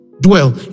dwell